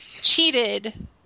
cheated